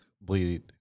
bleed